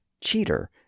cheater